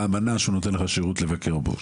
אמנה שהוא נותן לך שירות של לבקר בו.